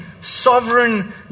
sovereign